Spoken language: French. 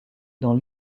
dans